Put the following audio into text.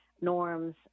norms